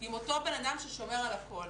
עם אותו בן אדם ששומר על הכול.